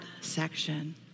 section